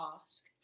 ask